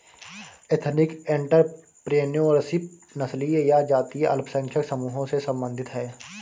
ethnic entrepreneurship नस्लीय या जातीय अल्पसंख्यक समूहों से संबंधित हैं